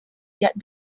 yet